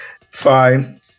Fine